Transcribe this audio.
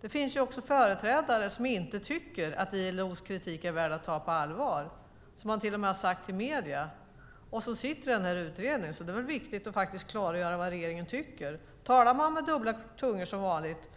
Det finns företrädare som inte tycker att ILO:s kritik är värd att ta på allvar - det har man till och med sagt till medierna - och som sitter i den här utredningen. Det är viktigt att klargöra vad regeringen tycker. Talar man med dubbla tungor som vanligt?